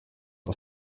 aus